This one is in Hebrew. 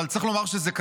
אבל צריך לומר שזה קיים.